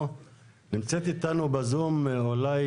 נמצאת איתנו אולי